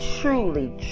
truly